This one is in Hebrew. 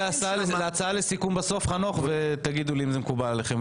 בסוף הצעה לסיכום ותגידו לי אם זה מקובל עליכם.